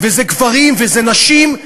וזה גברים וזה נשים,